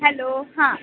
hello हां